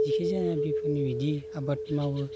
जेखिजाया बेफोरनि बिदि आबाद मावो